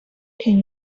can